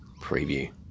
preview